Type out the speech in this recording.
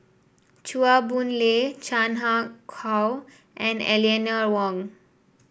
Chua Boon Lay Chan Ah Kow and Eleanor Wong